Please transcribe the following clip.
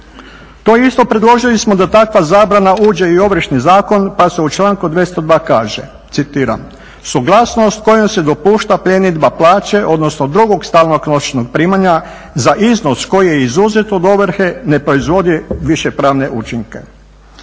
To isto predložili smo da takva zabrana uđe i u Ovršni zakon pa su u članku 202.kaže citiram "Suglasnost kojom se dopušta pljenidba plaće odnosno drugog stalnog novčanog primanja za iznos koji je izuzet od ovrhe ne proizvodi više pravne učinke".